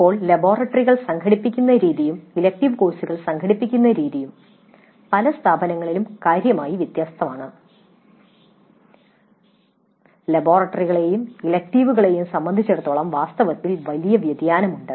ഇപ്പോൾ ലബോറട്ടറികൾ സംഘടിപ്പിക്കുന്ന രീതിയും ഇലക്ടീവ് കോഴ്സുകൾ സംഘടിപ്പിക്കുന്ന രീതിയും പല സ്ഥാപനങ്ങളിലും കാര്യമായി വ്യത്യാസ്തമാണ് ലബോറട്ടറികളെയും ഇലക്ടീവുകളെയും സംബന്ധിച്ചിടത്തോളം വാസ്തവത്തിൽ വലിയ വ്യതിയാനമുണ്ട്